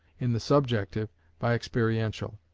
in the subjective by experiential.